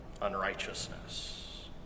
unrighteousness